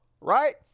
right